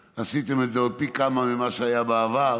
שעשיתם את זה עוד פי כמה ממה שהיה בעבר,